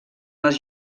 les